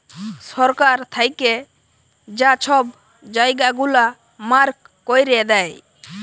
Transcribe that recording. সরকার থ্যাইকে যা ছব জায়গা গুলা মার্ক ক্যইরে দেয়